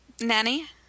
Nanny